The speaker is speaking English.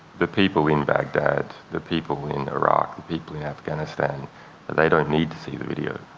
the people in baghdad, the people in iraq, the people in afghanistan they don't need to see the video